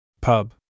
Pub